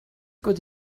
good